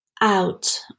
out